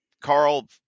Carl